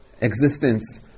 existence